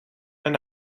een